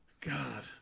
God